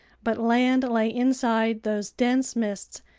but land lay inside those dense mists,